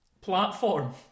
platform